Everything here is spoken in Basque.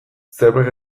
zerbait